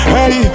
Hey